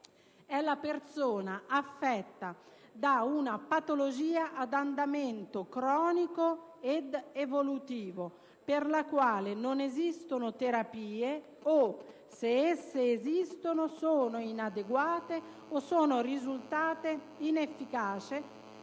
la persona affetta da una patologia ad andamento cronico ed evolutivo, per la quale non esistono terapie o, se esse esistono, sono inadeguate o sono risultate inefficaci